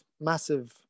massive